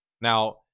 now